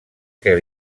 que